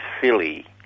silly